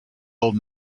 old